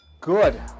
Good